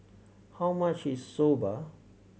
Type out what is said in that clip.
how much is Soba